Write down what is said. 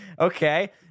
okay